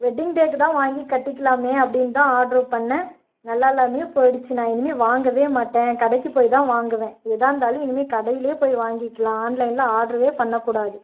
wedding டேவுக்கு தான் வாங்கி கட்டிக்கலாமே அப்படின்னு தான் ஆர்ட்ரு பண்ணிணேன் நல்லா இல்லாமையே போயிடுச்சு நான் இனிமேல் வாங்கவே மாட்டேன் கடைக்கு போய் தான் வாங்குவேன் எதாக இருந்தாலும் இனிமேல் கடையிலேயே போய் வாங்கிக்கலாம் ஆன்லைனில் ஆர்ட்ரே பண்ணக்கூடாது